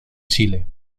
chile